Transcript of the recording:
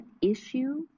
issue